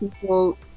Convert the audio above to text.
people